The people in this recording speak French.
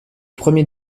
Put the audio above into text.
premier